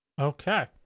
Okay